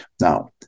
Now